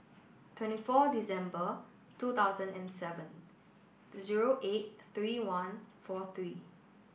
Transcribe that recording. twenty four December two thousand and seven zero eight three one four three